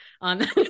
on